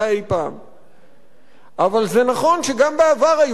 אבל זה נכון שגם בעבר היו לנו ממשלות ימניות קיצוניות,